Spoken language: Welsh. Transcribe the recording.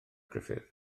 gruffudd